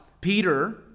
Peter